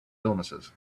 illnesses